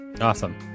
Awesome